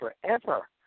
forever